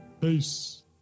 Peace